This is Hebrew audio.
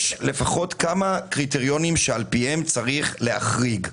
יש כמה קריטריונים שעל פיהם צריך להחריג.